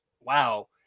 wow